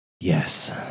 yes